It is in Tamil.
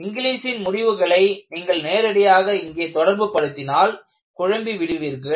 இங்லீஸின் முடிவுகளை நீங்கள் நேரடியாக இங்கே தொடர்புபடுத்தினால் குழம்பி விடுவீர்கள்